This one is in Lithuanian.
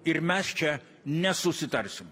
ir mes čia nesusitarsim